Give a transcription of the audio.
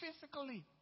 physically